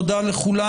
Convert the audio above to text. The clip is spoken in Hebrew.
תודה לכולם.